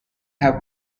have